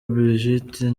brigitte